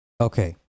Okay